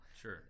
Sure